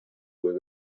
were